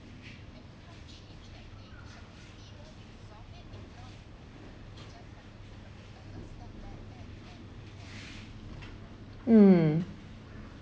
mm